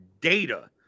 data